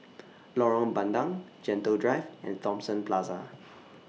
Lorong Bandang Gentle Drive and Thomson Plaza